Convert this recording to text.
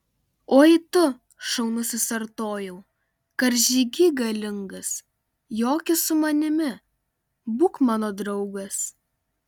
oi tu šaunusis artojau karžygy galingas joki su manimi būk mano draugas